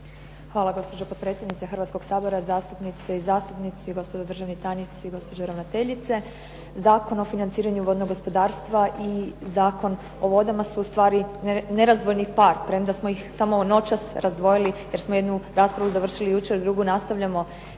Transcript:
Hvala. Gospođo potpredsjednice Hrvatskog sabora, zastupnice i zastupnici, gospodo državni tajnici, gospođo ravnateljice. Zakon o financiranju vodnog gospodarstva i Zakon o vodama su ustvari nerazdvojni par, premda smo ih samo noćas razdvojili jer smo jednu raspravu završili jučer, drugu nastavljamo